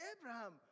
Abraham